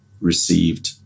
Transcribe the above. received